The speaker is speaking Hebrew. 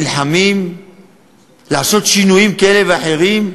נלחמים למען שינויים כאלה ואחרים,